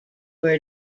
were